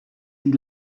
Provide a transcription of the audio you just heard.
die